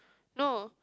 no